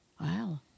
Wow